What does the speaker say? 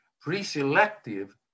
pre-selective